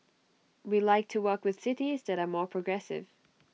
we like to work with cities that are more progressive